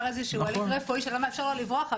איזשהו הליך רפואי שלא מאפשר לו לברוח,